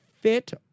fit